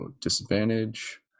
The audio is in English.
disadvantage